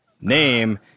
Name